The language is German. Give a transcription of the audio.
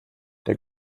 der